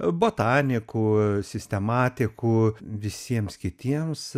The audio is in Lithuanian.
botanikų sistematikų visiems kitiems